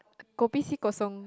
kopi C kosong